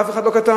ואף אחד לא כתב?